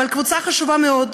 אבל קבוצה חשובה מאוד,